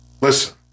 Listen